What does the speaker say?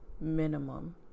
minimum